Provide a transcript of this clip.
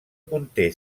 conté